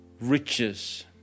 riches